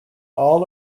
all